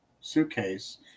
suitcase